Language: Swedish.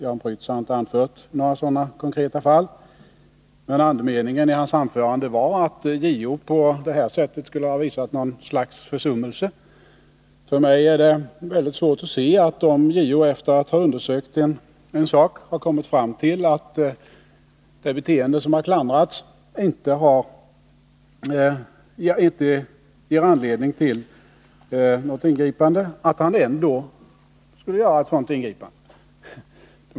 Jan Prytz har inte anfört några sådana konkreta fall. Men andemeningen i hans anförande var att JO på det sättet skulle ha gjort sig skyldig till något slags försummelse. Om JO, efter att ha undersökt en sak, har kommit fram till att det beteende som har klandrats inte ger anledning till något ingripande har jag svårt att se att JO ändå borde göra ett sådant ingripande.